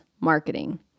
marketing